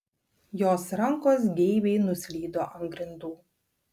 jos rankos geibiai nuslydo ant grindų